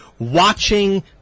watching